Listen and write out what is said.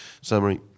summary